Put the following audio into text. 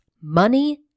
Money